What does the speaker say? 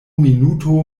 minuto